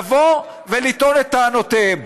לבוא ולטעון את טענותיהם.